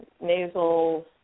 nasal